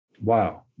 wow